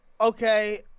okay